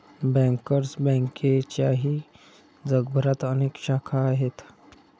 bankers बँकेच्याही जगभरात अनेक शाखा आहेत